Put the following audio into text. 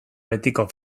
betiko